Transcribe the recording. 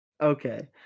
okay